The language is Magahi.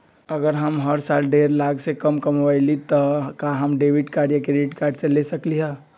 अगर हम हर साल डेढ़ लाख से कम कमावईले त का हम डेबिट कार्ड या क्रेडिट कार्ड ले सकली ह?